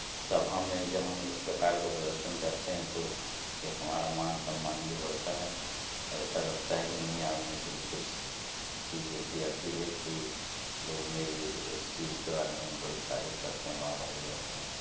सभा में जब हम इस प्रकार का प्रदर्शन करते हैं तो एक हमारा मान सम्मान भी बढ़ता है और ऐसा लगता है कि नहीं यार मुझे भी कुछ चीज़ ऐसी आती है कि लोग मेरी उस चीज़ के बारे में बड़ी तारीफ़ करते हैं वाह वाही करते हैं